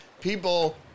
people